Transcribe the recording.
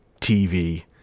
TV